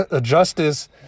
justice